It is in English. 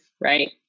right